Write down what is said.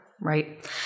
Right